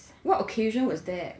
what occasion was that